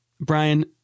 Brian